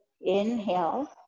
Inhale